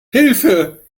hilfe